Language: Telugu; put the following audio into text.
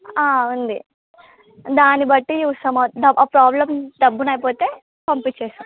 ఉంది దాన్ని బట్టీ చూస్తాము దా ఆ ప్రాబ్లం గమ్మున అయిపోతే పంపిచేస్తాము